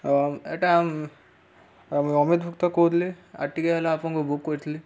ହଉ ଏଟା ମୁଁ ଅମିତ ଭୁକ୍ତ କହୁଥିଲି ଆର୍ ଟିକେ ହେଲା ଆପଣଙ୍କୁ ବୁକ୍ କରିଥିଲି